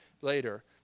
later